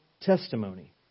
testimony